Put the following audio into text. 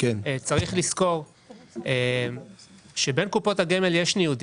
צריך לזכור שבין קופות הגמל יש ניודים.